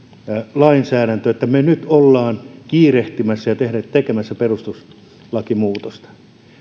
lainsäädäntö jota me nyt olemme kiirehtimässä ja tekemässä perustuslakimuutosta